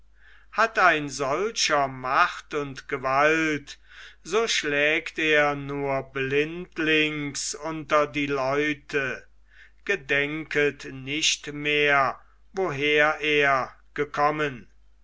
hat ein solcher macht und gewalt so schlägt er nur blindlings unter die leute gedenket nicht mehr woher er gekommen